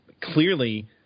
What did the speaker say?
clearly